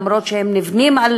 אף שהם נבנים על